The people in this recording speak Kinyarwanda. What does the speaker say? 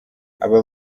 aba